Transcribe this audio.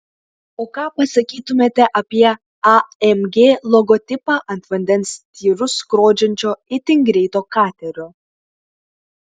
o ką pasakytumėte apie amg logotipą ant vandens tyrus skrodžiančio itin greito katerio